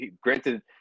granted